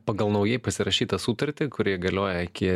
pagal naujai pasirašytą sutartį kuri galioja iki